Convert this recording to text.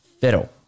fiddle